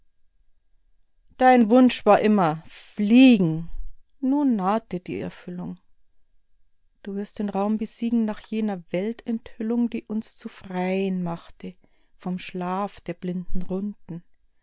dein wunsch war immer fliegen nun naht dir die erfüllung du wirst den raum besiegen nach jener weltenthüllung die uns zu freien machte vom schlaf der blinden runden